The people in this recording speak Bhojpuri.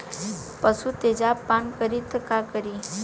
पशु तेजाब पान करी त का करी?